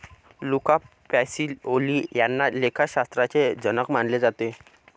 Luca Pacioli यांना लेखाशास्त्राचे जनक मानले जाते